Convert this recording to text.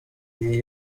iyi